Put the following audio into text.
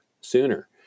sooner